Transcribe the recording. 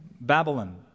Babylon